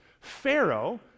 Pharaoh